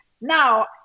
now